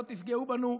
לא תפגעו בנו.